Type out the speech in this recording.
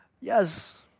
Yes